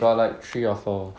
got like three or four